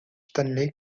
stanley